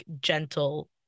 gentle